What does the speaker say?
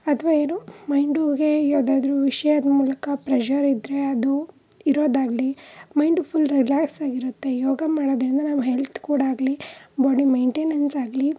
ಅಥ್ವಾ ಏನು ಮೈಂಡುಗೆ ಯಾವ್ದಾದರೂ ವಿಷ್ಯದ ಮೂಲಕ ಪ್ರೆಷರಿದ್ದರೆ ಅದು ಇರೋದಾಗಲೀ ಮೈಂಡು ಫುಲ್ ರಿಲ್ಯಾಕ್ಸಾಗಿರುತ್ತೆ ಯೋಗ ಮಾಡೋದರಿಂದ ನಮ್ಮ ಹೆಲ್ತ್ ಕೂಡ ಆಗಲೀ ಬಾಡಿ ಮೇಯ್ನ್ಟೆನೆನ್ಸಾಗಲೀ